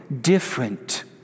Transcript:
different